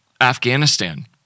Afghanistan